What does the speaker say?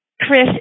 Chris